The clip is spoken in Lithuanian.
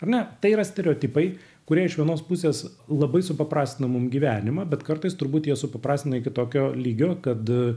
na tai yra stereotipai kurie iš vienos pusės labai supaprastina mum gyvenimą bet kartais turbūt jie supaprastina iki tokio lygio kad